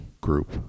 group